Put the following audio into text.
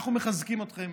אנחנו מחזקים אתכם,